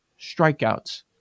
strikeouts